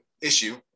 issue